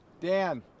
Dan